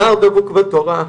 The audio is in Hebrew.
נער דבוק בתורה,